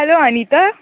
hello Anita